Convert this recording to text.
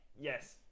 yes